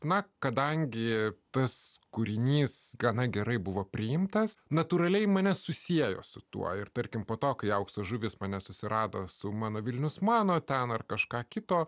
na kadangi tas kūrinys gana gerai buvo priimtas natūraliai mane susiejo su tuo ir tarkim po to kai aukso žuvys mane susirado su mano vilnius mano tąnakt kažką kito